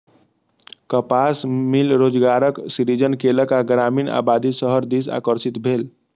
कपास मिल रोजगारक सृजन केलक आ ग्रामीण आबादी शहर दिस आकर्षित भेल